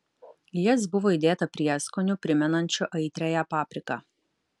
į jas buvo įdėta prieskonių primenančių aitriąją papriką